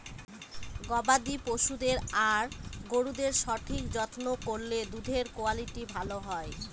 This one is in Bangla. গবাদি পশুদের আর গরুদের সঠিক যত্ন করলে দুধের কুয়ালিটি ভালো হয়